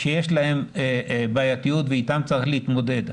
שיש איתן בעייתיות ואיתן צריך להתמודד,